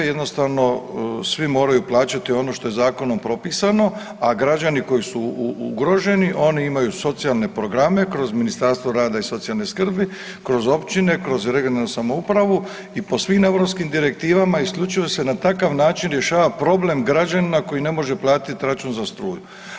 Jednostavno svi moraju plaćati ono što je zakonom propisano, a građani koji su ugroženi oni imaju socijalne programe kroz Ministarstvo rada i socijalne skrbi, kroz općine, kroz regionalnu samoupravu i po svim europskim direktivama isključivo se na takav način rješava problem građanina koji ne može platiti račun za struju.